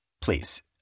Please